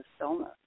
illness